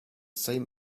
same